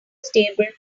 stable